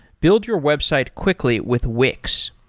build your website quickly with wix.